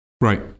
Right